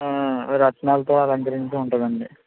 ఆ రత్నాలతో అలంకరించి ఉంటుందండి